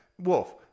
Wolf